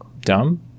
dumb